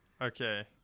Okay